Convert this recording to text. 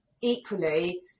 equally